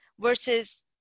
versus